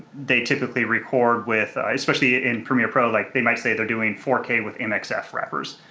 they typically record with, especially ah in premiere pro, like they might say they're doing four k with mxf wrappers.